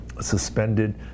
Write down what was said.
suspended